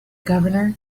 governor